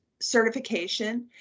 certification